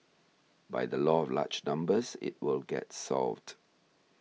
by the law of large numbers it will get solved